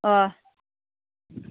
अह